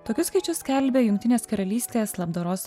tokius skaičius skelbia jungtinės karalystės labdaros